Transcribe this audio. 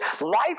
life